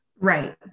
Right